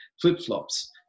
flip-flops